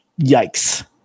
yikes